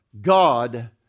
God